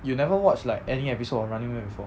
you never watch like any episode of running man before